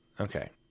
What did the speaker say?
okay